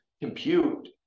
compute